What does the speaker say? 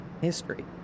history